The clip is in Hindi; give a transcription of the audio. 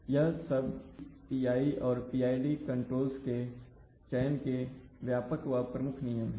तो यह सब P PI और PID कंट्रोल्स के चयन के व्यापक व प्रमुख नियम हैं